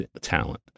talent